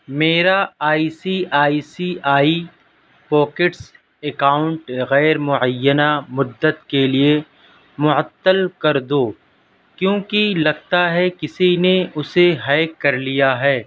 میرا I C I C I pockets account غیر معینہ مدت کے لیے معطل کر دو کیونکہ لگتا ہے کسی نے اسے ہیک کر لیا ہے